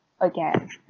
again